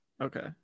okay